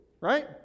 right